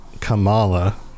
Kamala